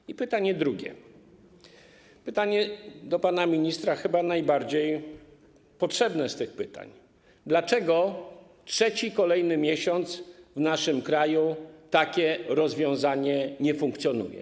I pytanie drugie, pytanie do pana ministra, chyba najbardziej potrzebne z tych pytań: Dlaczego trzeci, kolejny miesiąc w naszym kraju takie rozwiązanie nie funkcjonuje?